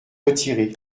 retirée